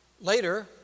Later